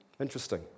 Interesting